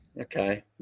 Okay